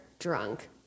drunk